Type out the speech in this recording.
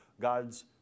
God's